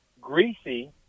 Greasy